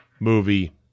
movie